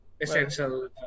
essential